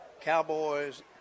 Cowboys